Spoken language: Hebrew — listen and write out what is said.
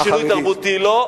שינוי תרבותי, לא.